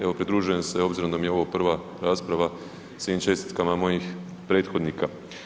Evo, pridružujem se, obzirom da mi je ovo prva rasprava, svim čestitkama mojih prethodnika.